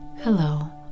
Hello